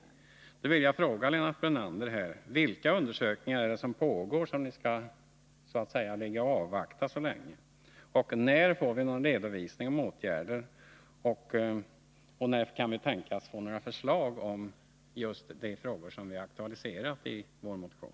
Jag vill då fråga Lennart Brunander: Vilka undersökningar är det som pågår och som ni vill avvakta? När får vi någon redovisning av åtgärder som skall vidtas? När kan det tänkas komma några förslag i anslutning till de frågor som vi har aktualiserat i vår motion?